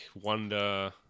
wonder